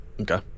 Okay